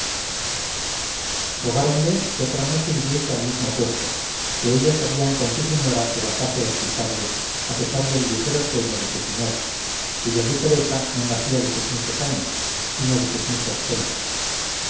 mendigante rogáronle que otra noche viniese al mismo puesto que ellas harían con su señora que bajase a escucharle a pesar del ligero sueño de su señor cuya ligereza no nacía de sus muchos años sino de sus muchos celos